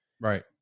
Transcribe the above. Right